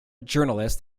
journalist